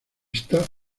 está